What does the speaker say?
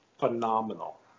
phenomenal